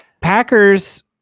Packers